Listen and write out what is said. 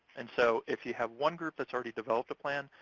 and so if you have one group that's already developed a plan,